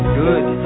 good